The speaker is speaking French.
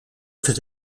fait